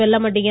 Vellamandi என்